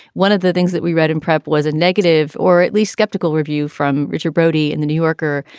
one of the things that we read in prep was a negative or at least skeptical review from richard brody in the new yorker.